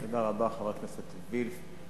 תודה רבה, חברת הכנסת וילף.